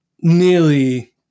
nearly